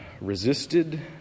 resisted